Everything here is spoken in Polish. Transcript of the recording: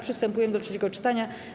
Przystępujemy do trzeciego czytania.